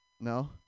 No